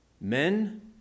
Men